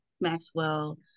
Maxwell